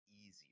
easier